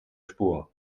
spur